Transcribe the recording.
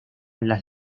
las